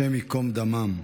השם ייקום דמם.